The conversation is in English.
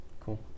Cool